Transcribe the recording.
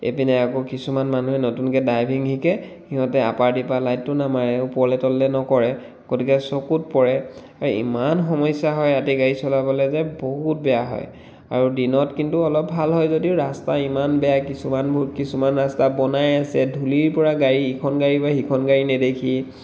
এইপিনে আকৌ কিছুমান মানুহে নতুনকে ড্ৰাইভিং শিকে সিহঁতে আপাৰ ডিপাৰ লাইটো নামাৰে ওপৰলে তললে নকৰে গতিকে চকুত পৰে ইমান সমস্যা হয় ৰাতি গাড়ী চলাবলে যে বহুত বেয়া হয় আৰু দিনত কিন্তু অলপ ভাল হয় যদিও ৰাস্তা ইমান বেয়া কিছুমান বহুত কিছুমান ৰাস্তা বনায়েই আছে ধূলিৰ পৰা গাড়ী ইখন গাড়ীৰ পৰা সিখন গাড়ী নেদেখি